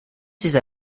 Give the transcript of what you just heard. dieser